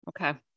Okay